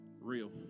real